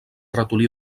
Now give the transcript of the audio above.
ratolí